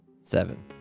Seven